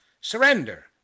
Surrender